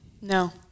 No